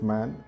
Man